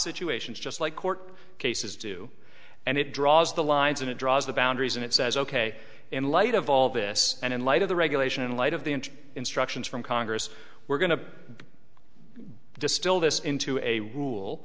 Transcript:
situations just like court cases do and it draws the lines and it draws the boundaries and it says ok in light of all this and in light of the regulation in light of the instructions from congress we're going to distill this into a rule